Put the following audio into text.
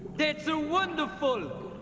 that's ah wonderful!